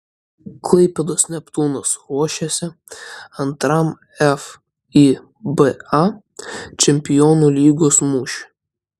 klaipėdos neptūnas ruošiasi antram fiba čempionų lygos mūšiui